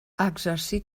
exercí